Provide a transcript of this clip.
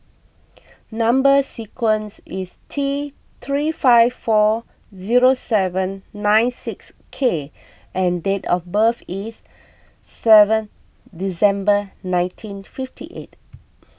Number Sequence is T three five four zero seven nine six K and date of birth is seven December nineteen fifty eight